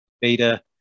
beta